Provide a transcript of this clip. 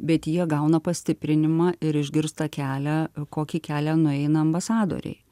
bet jie gauna pastiprinimą ir išgirsta kelią kokį kelią nueina ambasadoriai